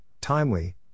timely